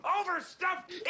overstuffed